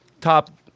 top